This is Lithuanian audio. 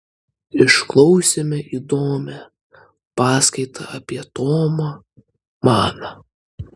išklausėme įdomią paskaitą apie tomą maną